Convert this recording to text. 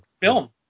film